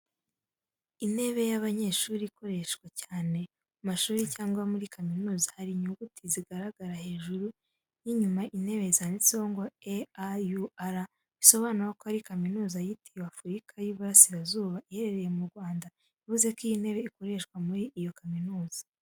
Intebe y’abanyeshuri ikoreshwa cyane mu mashuri cyangwa muri za kaminuza. Hari inyuguti zigaragara hejuru y’inyuma y’intebe zanditse ngo E.A.U.R, bisobanura ko ari kaminuza yitiriwe Afurika y'Iburasirazuba iherereye mu Rwanda bivuze ko iyi ntebe ikoreshwa muri iyo kaminuza.